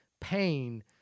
pain